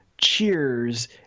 cheers